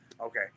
okay